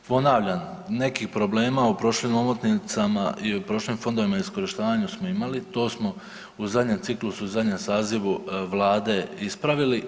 Ponavljam, neki problema u prošlim omotnicama i u prošlim fondovima u iskorištavanju smo imali, to smo u zadnjem ciklusu, u zadnjem sazivu Vlade ispravili.